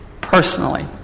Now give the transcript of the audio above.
Personally